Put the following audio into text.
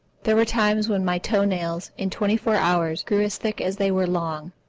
there were times when my toe-nails, in twenty-four hours, grew as thick as they were long.